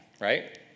right